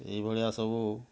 ଏହିଭଳିଆ ସବୁ